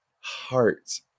heart